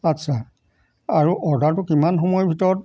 আচ্ছা আৰু অৰ্ডাৰটো কিমান সময়ৰ ভিতৰত